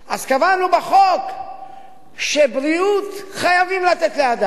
אז קבענו בחוק שבריאות חייבים לתת לאדם.